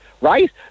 right